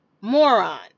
moron